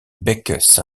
beck